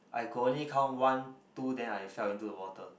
I could only count one two then I fell into the water